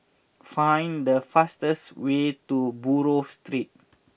find the fastest way to Buroh Street